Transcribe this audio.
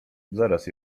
zaraz